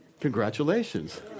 Congratulations